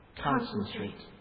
concentrate